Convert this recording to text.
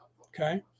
Okay